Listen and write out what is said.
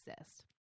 exist